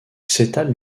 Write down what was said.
s’étale